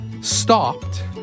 stopped